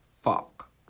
Fuck